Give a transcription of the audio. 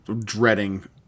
dreading